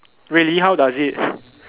really how does it